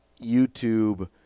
YouTube